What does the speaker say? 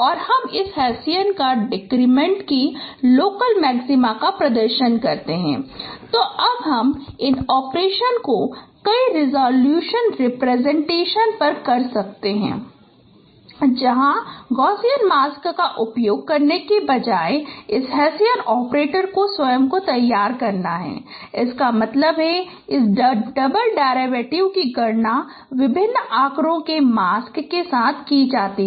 और हम इस हेसियन का डिटरमिनेंट की लोकल मैक्सिमा का प्रदर्शन करते हैं तो अब हम इन ऑपरेशन्स को कई रिज़ॉल्यूशन रिप्रेजेंटेशन पर कर सकते हैं जहाँ गॉसियन मास्क का उपयोग करने के बजाय इस हेसियन ऑपरेटर को स्वयं को तैयार करना है इसका मतलब है इस डबल डेरिवेटिव की गणना विभिन्न आकारों के मास्क के साथ की जाती है